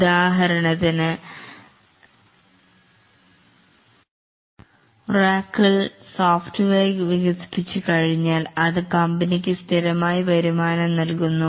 ഉദാഹരണത്തിന് Oracle software വികസിപ്പിച്ചു കഴിഞ്ഞാൽ അത് കമ്പനിക്ക് സ്ഥിരമായ വരുമാനം നൽകുന്നു